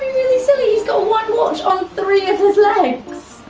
really silly, he's got one watch on three of his legs!